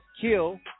kill